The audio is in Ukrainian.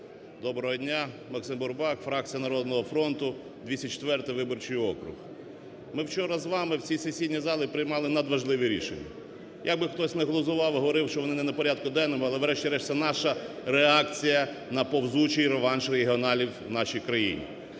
доброго дня! Максим Бурбак, фракція "Народного фронту", 204 виборчий округ. Ми вчора з вами в цій сесійній залі приймали надважливі рішення. Як би хтось не глузував, говорив, що вони не на порядку денному, але, врешті-решт, це наша реакція на повзучий реванш регіоналів в нашій країні.